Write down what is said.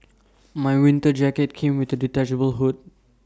my winter jacket came with A detachable hood